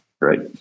right